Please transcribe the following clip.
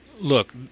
Look